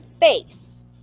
face